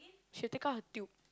she'll take out her tube